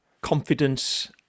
confidence